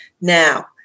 Now